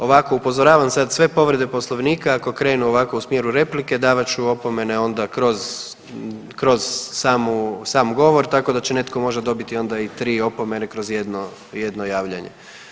Ovako, upozoravam sad sve povrede Poslovnika ako krenu ovako u smjeru replike davat ću opomene onda kroz, kroz samu, sam govor, tako da će netko možda dobiti onda i tri opomene kroz jedno, jedno javljanje.